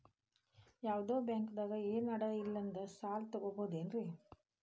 ಯಾವ್ದೋ ಬ್ಯಾಂಕ್ ದಾಗ ಏನು ಅಡ ಇಲ್ಲದಂಗ ಸಾಲ ತಗೋಬಹುದೇನ್ರಿ?